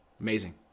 Amazing